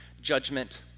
judgment